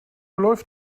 läuft